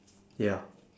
ya